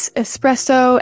espresso